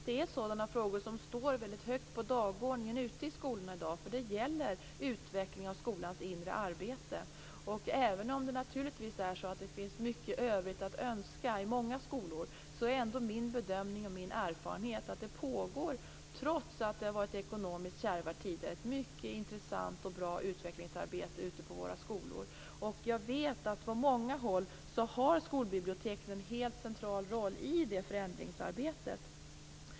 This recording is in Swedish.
Detta är sådana frågor som står mycket högt på dagordningen ute i skolorna i dag. Det gäller utveckling av skolans inre arbete. Även om det naturligtvis finns mycket övrigt att önska i många skolor, är min bedömning och erfarenhet att det pågår ett mycket intressant och bra utvecklingsarbete ute på våra skolor, trots att det varit ekonomiskt kärva tider. Jag vet att skolbiblioteken på många håll spelar en helt central roll i det förändringsarbetet.